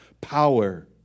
power